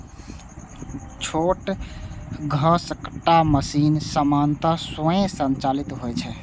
छोट घसकट्टा मशीन सामान्यतः स्वयं संचालित होइ छै